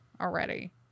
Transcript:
already